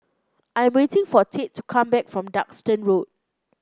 I am waiting for Tate to come back from Duxton Road